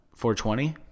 420